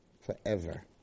Forever